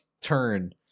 turn